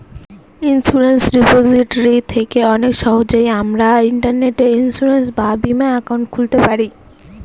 insurance repository থেকে অনেক সহজেই আমরা ইন্টারনেটে ইন্সুরেন্স বা বীমা একাউন্ট খুলতে পারি